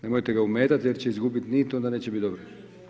Nemojte ga ometati jer će izgubiti nit i onda neće biti dobro.